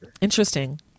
Interesting